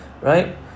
right